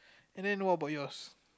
and then what about yours